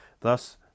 Thus